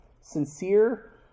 Sincere